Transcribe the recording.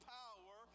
power